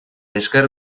esker